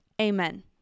Amen